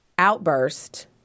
outburst